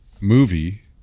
movie